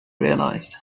realized